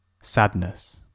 sadness